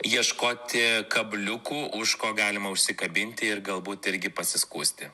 ieškoti kabliukų už ko galima užsikabinti ir galbūt irgi pasiskųsti